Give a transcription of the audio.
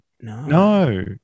No